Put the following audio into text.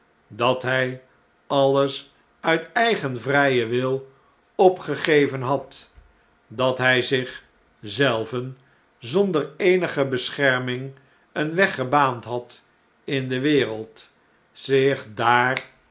dat hy alles uit eigen vrijen wil opgegeven had dat hjj zich zelven zonder eenige bescherming een weg gebaand had in de wereld zich daar